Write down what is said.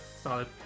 Solid